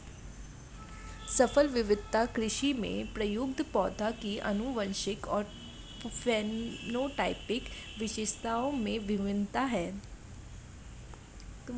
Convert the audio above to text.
फसल विविधता कृषि में प्रयुक्त पौधों की आनुवंशिक और फेनोटाइपिक विशेषताओं में भिन्नता है